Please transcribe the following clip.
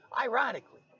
Ironically